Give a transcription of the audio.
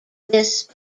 this